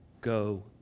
Go